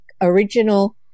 original